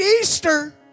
Easter